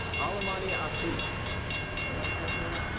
alamaniaseef am i pronouncing that right?